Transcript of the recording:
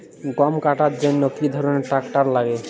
গম কাটার জন্য কি ধরনের ট্রাক্টার লাগে?